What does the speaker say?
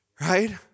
Right